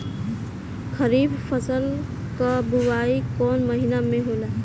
खरीफ फसल क बुवाई कौन महीना में होला?